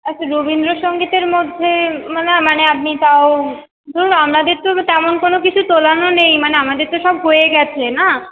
আচ্ছা রবীন্দ্রসঙ্গীতের মধ্যে না মানে আপনি তাও ধরুন আমাদের তো তেমন কোনো কিছু তোলানো নেই মানে আমাদের তো সব হয়ে গেছে না